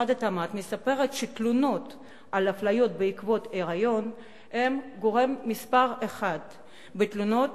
מספרת שהתלונות על אפליות בעקבות היריון הן מספר אחת בתלונות